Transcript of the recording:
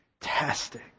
fantastic